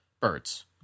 birds